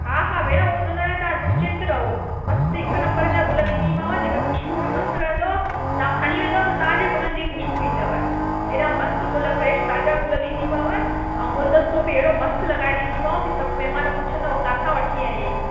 हा हा भेण उहो हुन लाइ तव्हां निश्चिंत रहो मस्तु हिकु नंबर जा गुल ॾींदीमांव जंहिंमें ख़ुशबू बि मस्तु रहंदव तव्हां खणी वेंदव त तव्हांजी गुलनि जी ख़ुशबू ईंदव हेॾा मस्तु गुल फ्रैश ताज़ा गुल ॾींदीमांव ऐं गुलदस्तो बि अहिड़ो मस्तु लॻाए ॾींदीमांव की सभु महिमान पुछंदव किथां वठी आई आहीं